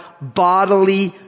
bodily